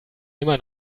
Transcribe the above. immer